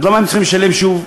אז למה הם צריכים לשלם שוב?